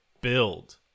build